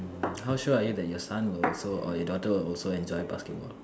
how sure are you that your son will also or your daughter will also enjoy basketball